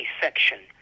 section